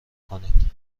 کنین